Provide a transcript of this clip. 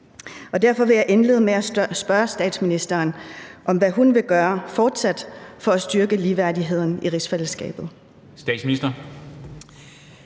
Derfor vil jeg indlede med at spørge statsministeren om, hvad hun vil gøre for fortsat at styrke ligeværdigheden i rigsfællesskabet.